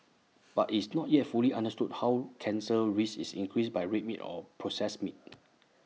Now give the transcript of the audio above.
but it's not yet fully understood how cancer risk is increased by red meat or processed meat